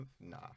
nah